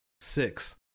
six